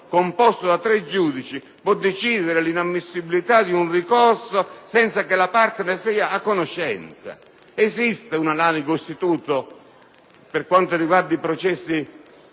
composto da cinque magistrati) può decidere l'inammissibilità di un ricorso senza che la parte ne sia a conoscenza. Esiste un analogo istituto per quanto riguarda i processi